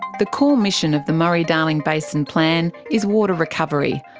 the core mission of the murray-darling basin plan is water recovery.